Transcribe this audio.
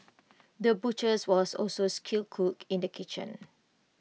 the butchers was also A skilled cook in the kitchen